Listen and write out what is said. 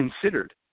considered